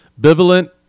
Bivalent